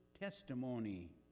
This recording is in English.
testimony